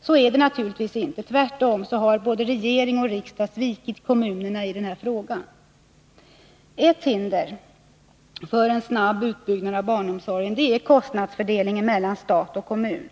Så är det naturligtvis inte. Tvärtom har både regering och riksdag svikit kommunerna i den här frågan. Ett hinder för en snabb utbyggnad av barnomsorgen är kostnadsfördelningen mellan stat och kommun.